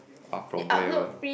are from where one